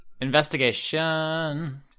Investigation